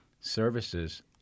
services